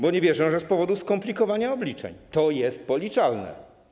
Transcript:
Bo nie wierzę, że z powodu skomplikowania obliczeń - to jest policzalne.